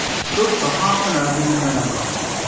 stood for half an hour in the mail line.